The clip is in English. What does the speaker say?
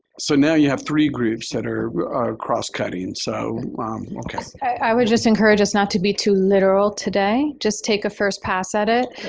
so now you have three groups that are cross cutting, so ok. i would just encourage us not to be too literal today. just take a first pass at it